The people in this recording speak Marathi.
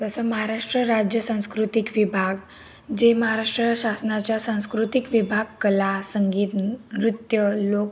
जसं महाराष्ट्र राज्य संस्कृतिक विभाग जे महाराष्ट्र शासनाच्या संस्कृतिक विभाग कला संगीत नृत्य लोक